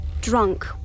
Drunk